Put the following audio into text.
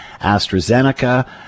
AstraZeneca